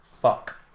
fuck